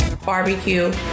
barbecue